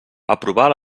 aprovar